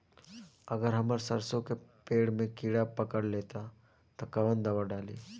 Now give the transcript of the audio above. अगर हमार सरसो के पेड़ में किड़ा पकड़ ले ता तऽ कवन दावा डालि?